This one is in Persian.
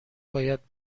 باید